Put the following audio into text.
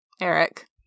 Eric